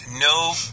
no